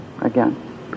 again